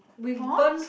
for